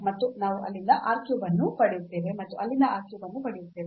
ಮತ್ತು ನಾವು ಅಲ್ಲಿಂದ r cube ಅನ್ನು ಪಡೆಯುತ್ತೇವೆ ಮತ್ತು ಅಲ್ಲಿಂದ r cube ಅನ್ನು ಪಡೆಯುತ್ತೇವೆ